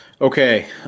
Okay